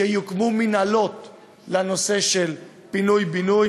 שיוקמו מינהלות לנושא של פינוי-בינוי,